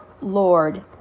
Lord